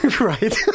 Right